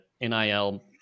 NIL